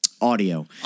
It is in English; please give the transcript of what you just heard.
audio